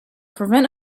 prevent